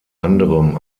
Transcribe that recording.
anderem